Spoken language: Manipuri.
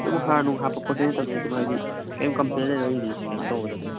ꯑꯗꯨꯝ ꯍꯥꯔꯅꯨꯡ ꯍꯥꯞꯄꯛꯄꯁꯦ ꯅꯠꯇꯝꯅꯦ ꯑꯗꯨꯝ ꯍꯥꯏꯗꯤ ꯀꯔꯤꯝ ꯀꯝꯄ꯭ꯂꯦꯟ ꯂꯩꯔꯣꯏ ꯑꯩꯒꯤꯗꯤ ꯀꯩꯅꯣ ꯇꯧꯕꯗ ꯑꯗꯨꯝ